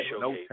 no